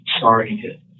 Sorry